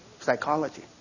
Psychology